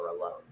alone